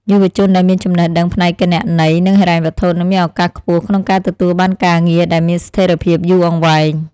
យុវជនដែលមានចំណេះដឹងផ្នែកគណនេយ្យ និងហិរញ្ញវត្ថុនឹងមានឱកាសខ្ពស់ក្នុងការទទួលបានការងារដែលមានស្ថិរភាពយូរអង្វែង។